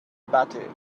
batty